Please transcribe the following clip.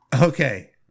Okay